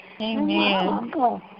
Amen